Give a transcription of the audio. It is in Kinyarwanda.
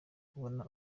kubona